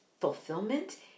fulfillment